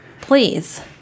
Please